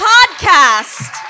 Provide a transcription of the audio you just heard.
Podcast